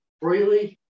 Freely